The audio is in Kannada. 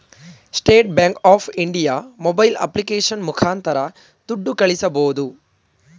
state bank of India mobile application ಮುಖಾಂತರ ದುಡ್ಡು ಕಳಿಸಬೋದು